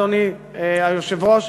אדוני היושב-ראש,